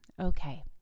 Okay